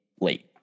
late